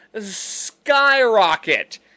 skyrocket